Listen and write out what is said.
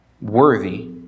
worthy